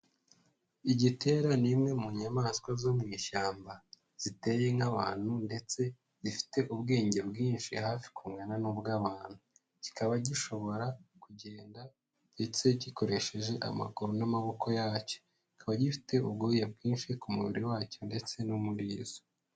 Igitera ni imwe mu nyamaswa zo mu ishyamba, ziteye nk'abantu ndetse zifite ubwenge bwinshi hafi kungana n'ubw'abantu, kikaba gishobora kugenda ndetse gikoresheje amaguru n'amaboko yacyo, kikaba gifite ubwoya bwinshi ku mubiri wacyo ndetse n'umurizo.